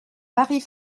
marie